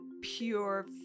pure